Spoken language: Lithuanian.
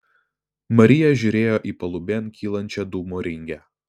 marija žiūrėjo į palubėn kylančią dūmo ringę